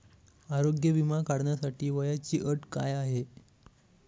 आरोग्य विमा काढण्यासाठी वयाची अट काय आहे?